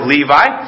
Levi